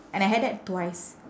and I had that twice